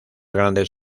grandes